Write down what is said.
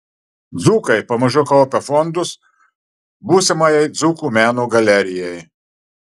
dzūkai pamažu kaupia fondus būsimajai dzūkų meno galerijai